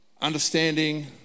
understanding